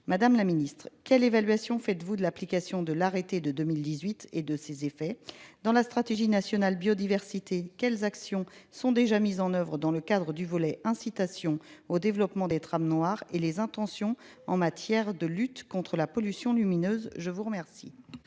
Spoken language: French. Madame la Ministre, quelle évaluation faites-vous de l'application de l'arrêté de 2018 et de ses effets dans la stratégie nationale biodiversité quelles actions sont déjà mises en Oeuvres dans le cadre du volet incitation au développement des trams noirs et les intentions en matière de lutte contre la pollution lumineuse. Je vous remercie.